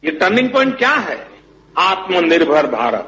ये turning point क्या है आत्मनिर्मर भारत